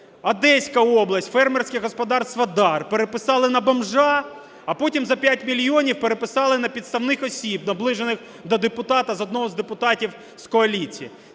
Одеська область. Фермерське господарство "Дар" переписали на бомжа, а потім за 5 мільйонів переписали на підставних осіб, наближених до депутата, одного з депутатів, з коаліції.